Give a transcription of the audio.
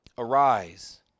Arise